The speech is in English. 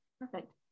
perfect